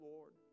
Lord